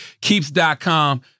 Keeps.com